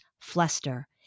Fluster